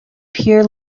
pure